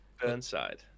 Burnside